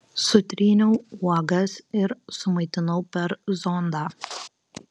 sutryniau uogas ir sumaitinau per zondą